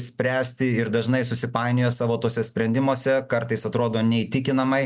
spręsti ir dažnai susipainioja savo tuose sprendimuose kartais atrodo neįtikinamai